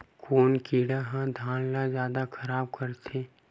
कोन कीड़ा ह धान ल जादा खराब करथे?